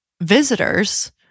visitors